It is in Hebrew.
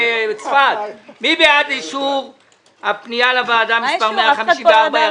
מי בעד אישור הפנייה לוועדה מס' 154?